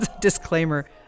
Disclaimer